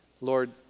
Lord